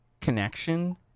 connection